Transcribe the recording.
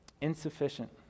Insufficient